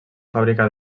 fàbrica